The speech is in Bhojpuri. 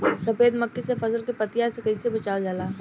सफेद मक्खी से फसल के पतिया के कइसे बचावल जाला?